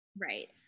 Right